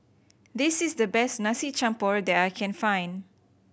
this is the best Nasi Campur that I can find